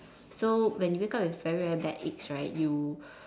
so when you wake up with very very bad aches right you